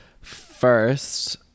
First